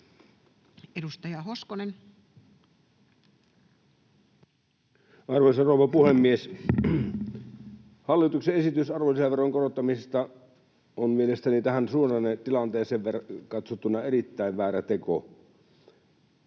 16:41 Content: Arvoisa rouva puhemies! Hallituksen esitys arvonlisäveron korottamisesta on mielestäni tähän suhdannetilanteeseen katsottuna erittäin väärä teko.